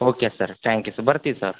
okay sir thank you sir ಬರ್ತಿವಿ sir